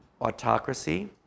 autocracy